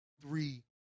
three